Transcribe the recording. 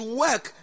work